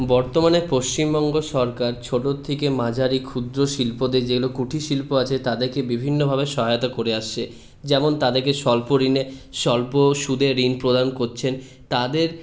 বর্তমানে পশ্চিমবঙ্গ সরকার ছোটোর থেকে মাঝারি ক্ষুদ্র শিল্পতে যেগুলো কুঠির শিল্প আছে তাদেরকে বিভিন্নভাবে সহায়তা করে আসছে যেমন তাদেরকে স্বল্প ঋণে স্বল্প সুদে ঋণ প্রদান করছেন তাদের